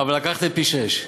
אבל לקחתם פי-שישה.